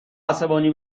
عصبانی